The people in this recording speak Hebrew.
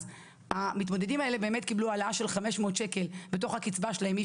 אז המתמודדים האלו באמת קיבלו העלאה של כ-500 ₪ בתוך הקצבה שלהם,